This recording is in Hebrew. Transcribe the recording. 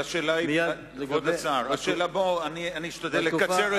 כבוד השר, אני אשתדל לקצר את הדיון.